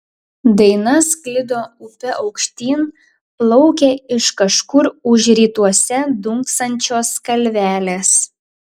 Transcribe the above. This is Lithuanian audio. daina sklido upe aukštyn plaukė iš kažkur už rytuose dunksančios kalvelės